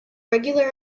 regular